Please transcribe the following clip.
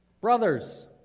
Brothers